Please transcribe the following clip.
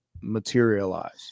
materialize